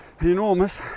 enormous